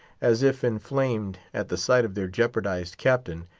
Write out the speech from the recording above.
as if inflamed at the sight of their jeopardized captain,